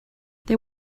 they